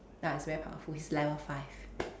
ya he's very powerful he's level five